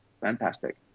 fantastic